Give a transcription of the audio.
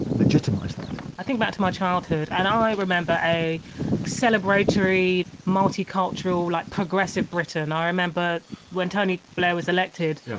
legitimised that i think back to my childhood and i remember a celebratory, multicultural, like progressive britain and i remember when tony blair was elected.